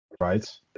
right